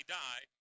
die